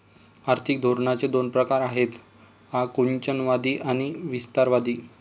आर्थिक धोरणांचे दोन प्रकार आहेत आकुंचनवादी आणि विस्तारवादी